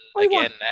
Again